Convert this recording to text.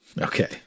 Okay